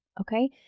Okay